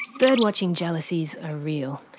birdwatching jealousies are real,